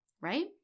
right